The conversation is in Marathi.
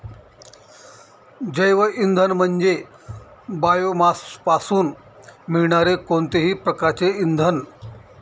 जैवइंधन म्हणजे बायोमासपासून मिळणारे कोणतेही प्रकारचे इंधन